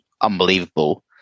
unbelievable